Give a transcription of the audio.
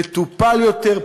מטופל יותר,